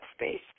space